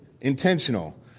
intentional